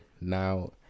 Now